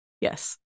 Yes